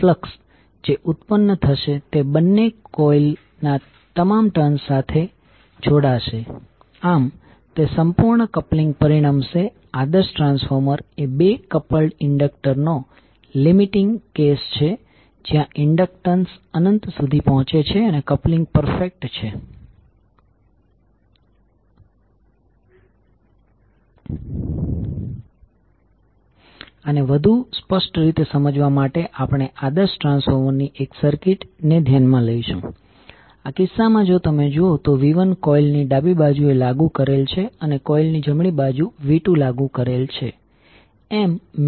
હવે જો કરંટ એક કોઇલના ડોટેડ ટર્મિનલ ને છોડી દે તો બીજી કોઇલમાં મ્યુચ્યુઅલ વોલ્ટેજની સંદર્ભ પોલેરિટી કોઇલના ડોટેડ ટર્મિનલ પર નેગેટીવ હશે